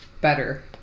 better